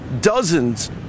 dozens